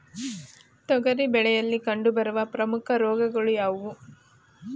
ತೊಗರಿ ಬೆಳೆಯಲ್ಲಿ ಕಂಡುಬರುವ ಪ್ರಮುಖ ರೋಗಗಳು ಯಾವುವು?